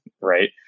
right